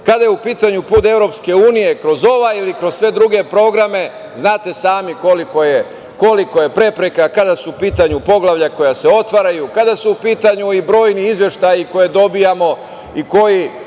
kada je u pitanju put EU, kroz ovaj ili kroz sve druge programe, znate i sami koliko je prepreka kada su u pitanju poglavlja koja se otvaraju, kada su u pitanju i brojni izveštaji koje dobijamo i koji